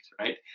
right